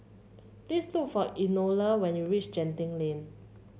please look for Enola when you reach Genting Lane